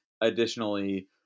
Additionally